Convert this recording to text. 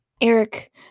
Eric